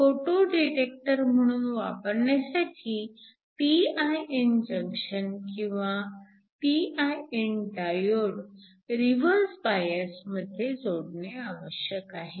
photodetector म्हणून वापरण्यासाठी p i n junction किंवा pin डायोड रिव्हर्स बायस मध्ये जोडणे आवश्यक आहे